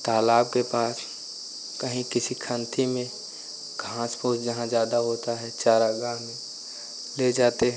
तालाब के पास कहीं किसी खन्ती में घास फूस जहाँ ज़्यादा होता है चारागाह में ले जाते हैं